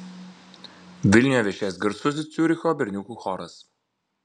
vilniuje viešės garsusis ciuricho berniukų choras